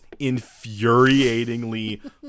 infuriatingly